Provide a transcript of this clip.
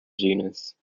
genus